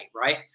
right